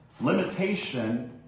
limitation